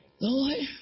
Lord